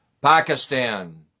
Pakistan